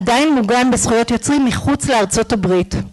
עדיין מוגן בזכויות יוצרים מחוץ לארצות הברית